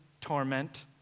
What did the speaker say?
torment